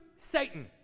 satan